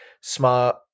Smart